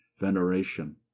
veneration